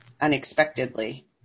unexpectedly